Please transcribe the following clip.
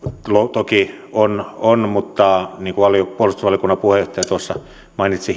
toki on on mutta niin kuin puolustusvaliokunnan puheenjohtaja tuossa mainitsi